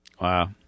Wow